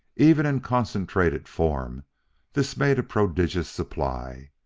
even in concentrated form this made a prodigious supply.